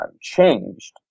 changed